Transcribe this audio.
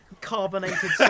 carbonated